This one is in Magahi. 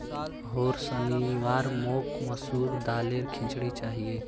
होर शनिवार मोक मसूर दालेर खिचड़ी चाहिए